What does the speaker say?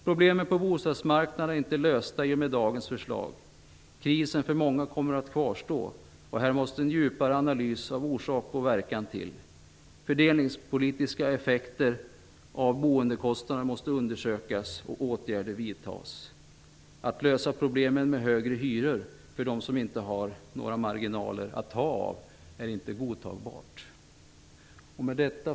Problemen på bostadsmarknaden är inte lösta i och med dagens förslag. Krisen kommer att kvarstå för många. Här måste en djupare analys av orsak och verkan ske. Fördelningspolitiska effekter av boendekostnaderna måste undersökas och åtgärder vidtas. Att lösa problemen med högre hyror för dem som inte har några marginaler att ta av är inte godtagbart. Fru talman!